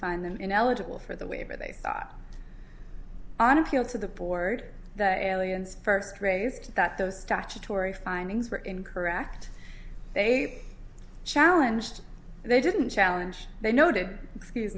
find them ineligible for the waiver they saw on appeal to the board the aliens first raised that those statutory findings were incorrect they challenge that they didn't challenge they noted excuse